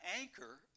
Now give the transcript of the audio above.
anchor